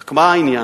רק מה העניין?